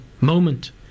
moment